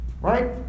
Right